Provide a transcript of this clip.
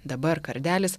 dabar kardelis